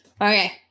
Okay